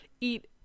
eat